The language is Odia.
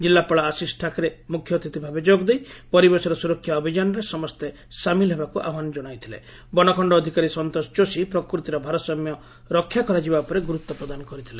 ଜିଲ୍ଲାପାଳ ଆଶିଷ ଠାକ୍ରେ ମୁଖ୍ୟ ଅତିଥିଭାବେ ଯୋଗଦେଇ ପରିବେଶର ସୁରକ୍ଷା ଅଭିଯାନରେ ସମସ୍ତେ ସାମିଲ ହେବାକୁ ଆହ୍ବାନ ଜଶାଇଥିଲେ ବନଖଣ୍ଡ ଅଧିକାରୀ ସନ୍ତୋଷ ଯୋଶୀ ପ୍ରକୃତିର ଭାରସାମ୍ୟ ରକ୍ଷା କରାଯିବା ଉପରେ ଗୁରୁତ୍ୱପ୍ରଦାନ କରିଥିଲେ